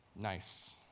Nice